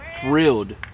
thrilled